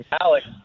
Alex